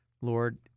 Lord